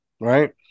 right